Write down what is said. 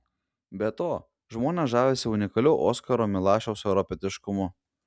be to žmonės žavisi unikaliu oskaro milašiaus europietiškumu